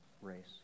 race